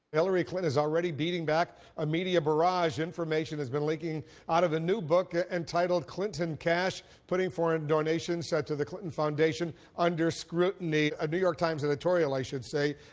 hillary clinton is already beating back a media barrage. information has been leaking out of a new book entitled clinton cash putting foreign donations to the clinton foundation under scrutiny a new york times editorial, i should say,